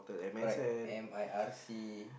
correct and my I_C